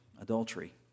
adultery